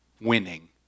winning